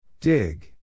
Dig